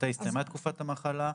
מתי הסתיימה תקופת המחלה,